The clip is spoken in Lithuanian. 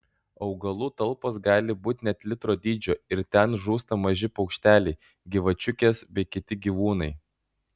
augalų talpos gali būti net litro dydžio ir ten žūsta maži paukšteliai gyvačiukės bei kiti gyvūnai